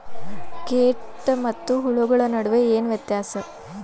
ಕೇಟ ಮತ್ತು ಹುಳುಗಳ ನಡುವೆ ಏನ್ ವ್ಯತ್ಯಾಸ?